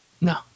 No